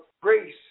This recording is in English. grace